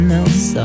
else